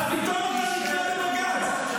פתאום אתה נתלה בבג"ץ.